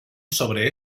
sobre